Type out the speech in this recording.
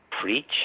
preach